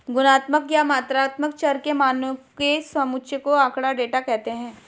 गुणात्मक या मात्रात्मक चर के मानों के समुच्चय को आँकड़ा, डेटा कहते हैं